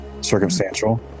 circumstantial